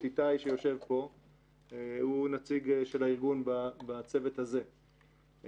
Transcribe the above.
איתי שיושב פה הוא נציג של הארגון בצוות הזה.